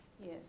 Yes